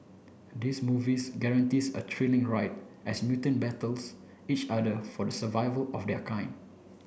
this movies guarantees a thrilling ride as mutant battles each other for the survival of their kind